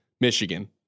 Michigan